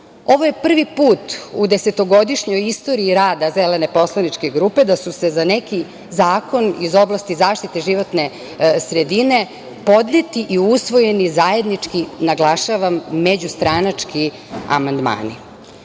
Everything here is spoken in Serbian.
je prvi put u desetogodišnjoj istoriji rada Zelene poslaničke grupe da su se za neki zakon iz oblasti zaštite životne sredine podneti i usvojeni zajednički, naglašavam, međustranački amandmani. Da